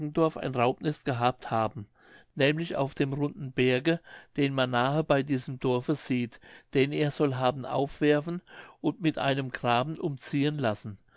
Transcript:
ein raubnest gehabt haben nämlich auf dem runden berge den man nahe bei diesem dorfe sieht den er soll haben aufwerfen und mit einem graben umziehen lassen